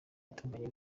itunganya